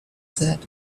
said